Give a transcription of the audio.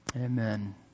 Amen